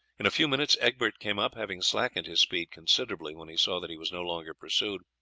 in a few minutes egbert came up, having slackened his speed considerably when he saw that he was no longer pursued.